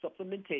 supplementation